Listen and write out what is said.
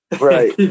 Right